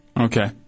Okay